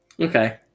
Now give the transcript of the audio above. Okay